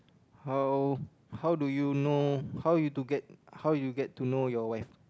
how how do you know how you to get how you get to know your wife